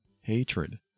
hatred